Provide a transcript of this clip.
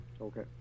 Okay